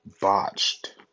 botched